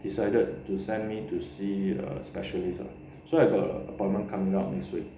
decided to send me to see a special needs lah so I got appointment coming up next week